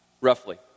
roughly